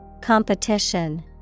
Competition